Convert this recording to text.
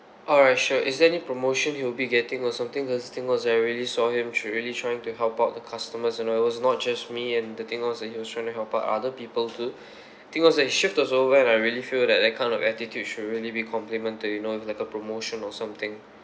alright sure is there any promotion he will be getting or something cause the thing was I really saw him he was really trying to help out the customers you know it was not just me and the thing was that he was trying to help out other people too thing was that his shift was over and I really feel that that kind of attitude should really be complimented you know with like a promotion or something